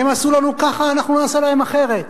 הם עשו לנו ככה, אנחנו נעשה להם אחרת.